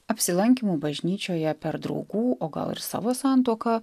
apsilankymų bažnyčioje per draugų o gal ir savo santuoką